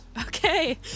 Okay